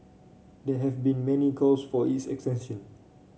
there have been many calls for its extension